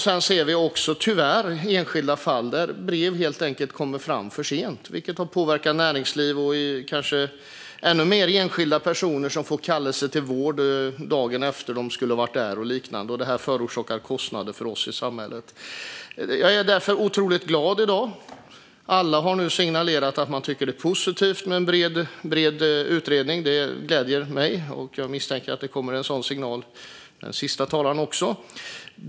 Sedan ser vi tyvärr också enskilda fall där brev helt enkelt kommer fram för sent, vilket har påverkat näringslivet - och kanske ännu mer enskilda personer, som får sin kallelse från vården dagen efter att de skulle ha varit där och liknande. Det förorsakar kostnader för oss i samhället. Jag är därför otroligt glad i dag, för alla har nu signalerat att de tycker att det är positivt med en bred utredning. Det gläder mig, och jag misstänker att det kommer att komma en sådan signal även från den sista talaren.